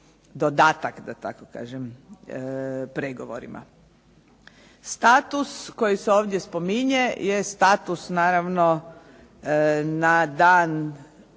dodatak, da tako kažem, pregovorima. Status koji se ovdje spominje je status naravno na dan